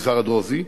למגזר הדרוזי.